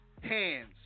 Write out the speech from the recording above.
hands